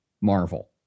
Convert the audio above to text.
Marvel